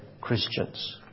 Christians